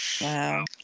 Wow